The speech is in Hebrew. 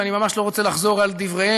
ואני ממש לא רוצה לחזור על דבריהם.